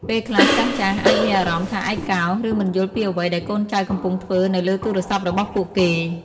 ពេលខ្លះ ចាស់ៗអាចមានអារម្មណ៍ថាឯកោ ឬមិនយល់ពីអ្វីដែលកូនចៅកំពុងធ្វើនៅលើទូរស័ព្ទរបស់ពួកគេ។